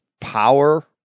power